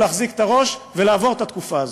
להחזיק את הראש מעל המים ולעבור את התקופה הזאת.